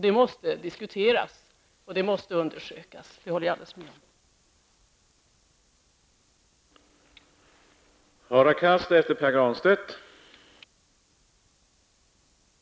Det måste diskuteras och undersökas. Det håller jag helt med om.